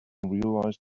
realized